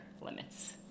limits